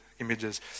images